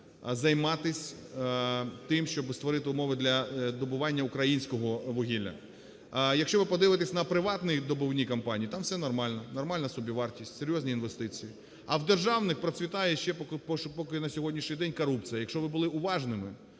займатись тим, щоби створити умови для добування українського вугілля. Якщо ви подивитесь на приватні добувні компанії, там все нормально, нормальна собівартість, серйозні інвестиції, а в державних процвітає ще поки на сьогоднішній день корупція. Якщо ви були уважними,